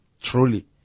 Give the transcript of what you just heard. truly